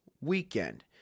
weekend